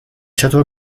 چطور